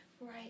right